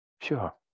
sure